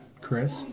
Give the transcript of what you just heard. Chris